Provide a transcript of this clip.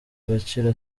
agaciro